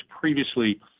previously